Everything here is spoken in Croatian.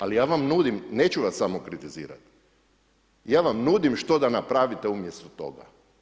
Ali ja vam nudim, neću vas samo kritizirat, ja vam nudim što da napravite umjesto toga.